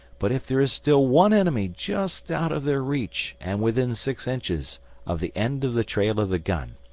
but if there is still one enemy just out of their reach and within six inches of the end of the trail of the gun,